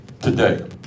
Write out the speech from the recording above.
today